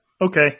Okay